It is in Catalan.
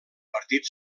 partit